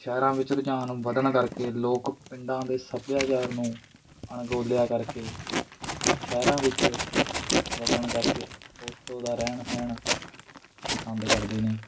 ਸ਼ਹਿਰਾਂ ਵਿੱਚ ਰੁਝਾਨ ਵੱਧਣ ਕਰਕੇ ਲੋਕ ਪਿੰਡਾਂ ਦੇ ਸੱਭਿਆਚਾਰ ਨੂੰ ਅਣਗੌਲਿਆ ਕਰਕੇ ਸ਼ਹਿਰਾਂ ਵਿੱਚ ਵਸਣ ਕਰਕੇ ਉੱਥੋਂ ਦਾ ਰਹਿਣ ਸਹਿਣ ਪਸੰਦ ਕਰਦੇ ਨੇ